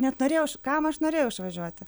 net norėjau aš kam aš norėjau išvažiuoti